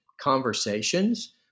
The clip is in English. conversations